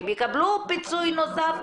יקבלו פיצוי נוסף,